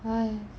!hais!